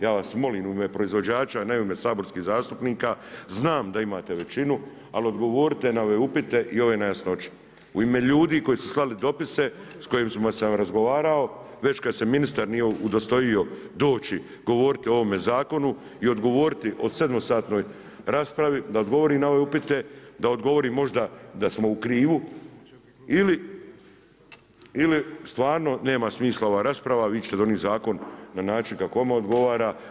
Ja vas molim u ime proizvođača, ne u ime saborskih zastupnika, znam da imate većinu, ali odgovorite na ove upite i ove nejasnoće u ime ljudi koji su slali dopise s kojima sam razgovarao već kada se ministar nije udostojio doći i govoriti o ovome zakonu i odgovoriti o sedmosatnoj raspravi da odgovori na ove upite, da odgovori možda da smo u krivu ili stvarno nema smisla ova rasprava, vi ćete donit zakon na način kako vama odgovara.